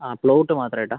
ആ പ്ലോട്ട് മാത്രമായിട്ടാണോ